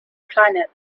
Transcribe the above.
planet